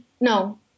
No